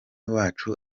wacu